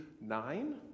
nine